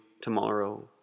tomorrow